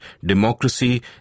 Democracy